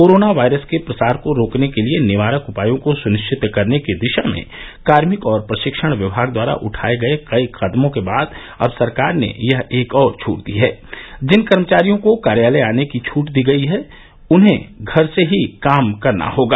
corona virus के प्रसार को रोकने के लिए निवारक उपायों को सुनिश्चित करने की दिशा में कार्मिक और प्रशिक्षण विभाग द्वारा उठाए गए कई कदमों के बाद अब सरकार ने यह एक और छूट दी है जिन कर्मचारियों को कार्यालय आने की छूट दी गई है उन्हें घर से ही काम करना होगा